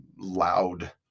loud